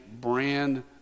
brand